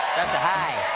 that's a high.